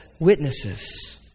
witnesses